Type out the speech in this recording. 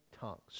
tongues